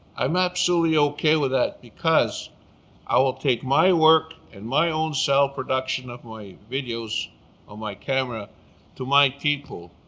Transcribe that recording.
i'm absolutely okay with that because i will take my work and my own self-production of my videos on my camera to my people.